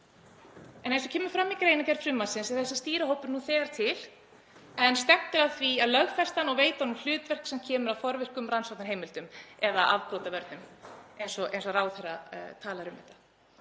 Eins og kemur fram í greinargerð frumvarpsins er þessi stýrihópur nú þegar til en stefnt er að því að lögfesta hann og veita honum hlutverk sem kemur að forvirkum rannsóknarheimildum eða afbrotavörnum eins og ráðherra talar um þetta.